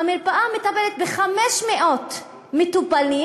והמרפאה מטפלת ב-500 מטופלים.